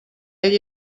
ell